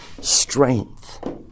strength